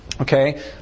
Okay